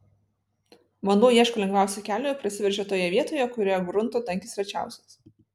vanduo ieško lengviausio kelio ir prasiveržia toje vietoje kurioje grunto tankis rečiausias